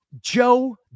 Joe